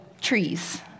trees